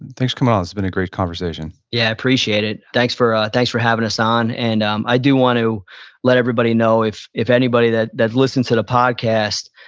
and thanks for coming on. it's been a great conversation yeah, i appreciate it. thanks for thanks for having us on, and um i do want to let everybody know if if anybody that that listen to the podcast,